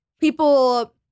people